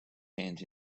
hand